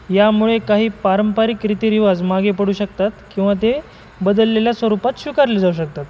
यामुळे काही पारंपरिक रीतीरिवाज मागे पडू शकतात किंवा ते बदललेल्या स्वरूपात स्वीकारले जाऊ शकतात